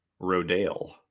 Rodale